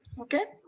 okay?